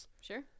Sure